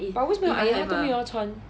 为什么要 iron 他都没有要穿